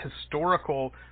historical